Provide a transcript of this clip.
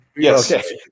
Yes